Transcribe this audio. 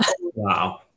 Wow